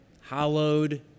Hallowed